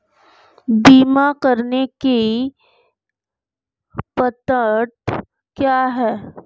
बीमा करने की पात्रता क्या है?